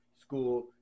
school